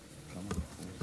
והשיכון.